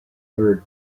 third